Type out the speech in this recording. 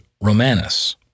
Romanus